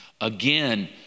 Again